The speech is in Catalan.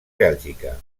bèlgica